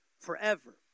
forever